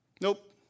Nope